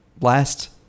last